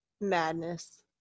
madness